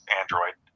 android